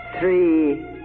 Three